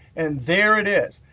and there it is.